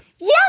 Yes